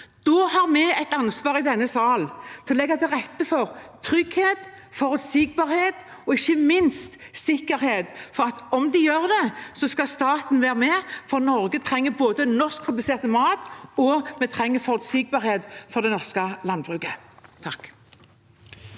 har vi et ansvar i denne salen for å legge til rette for trygghet, forutsigbarhet og ikke minst sikkerhet for at om de gjør det, skal staten være med. Norge trenger både norskprodusert mat og forutsigbarhet for det norske landbruket.